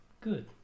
good